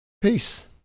Peace